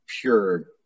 pure